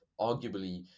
arguably